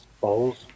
bowls